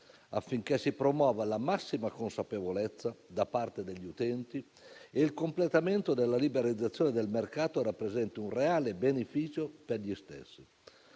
affinché si promuova la massima consapevolezza da parte degli utenti e il completamento della liberalizzazione del mercato rappresenti un reale beneficio per gli stessi.